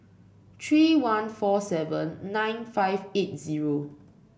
three one four seven nine five eight zero